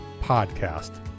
podcast